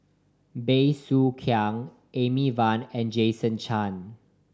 Bey Soo Khiang Amy Van and Jason Chan